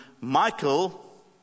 Michael